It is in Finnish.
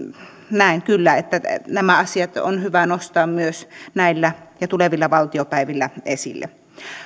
näen kyllä että nämä asiat on hyvä nostaa myös näillä ja tulevilla valtiopäivillä esille